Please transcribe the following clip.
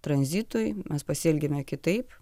tranzitui mes pasielgėme kitaip